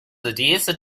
these